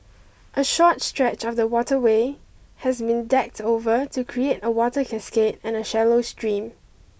a short stretch of the waterway has been decked over to create a water cascade and a shallow stream